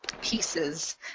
pieces